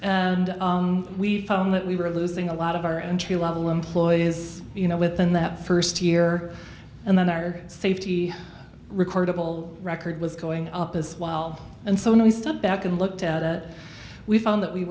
and we found that we were losing a lot of our entry level employees you know within that first year and then our safety recordable record was going up as well and so when we step back and looked at it we found that we